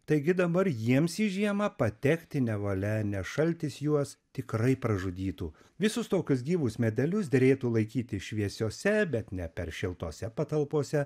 taigi dabar jiems į žiemą patekti nevalia nes šaltis juos tikrai pražudytų visus tokius gyvus medelius derėtų laikyti šviesiose bet ne per šiltose patalpose